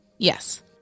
Yes